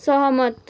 सहमत